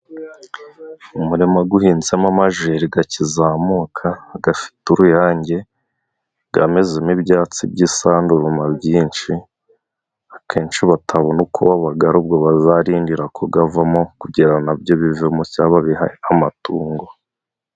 Umurima guhinzemo amajeri gakizamuka gafite uruyange, gamezamo ibyatsi by' isanduruma byinshi, akenshi batabona uko babagara ubwo bazarindira ko gavamo kugira na byo bivamo cyangwa se babihe amatungo.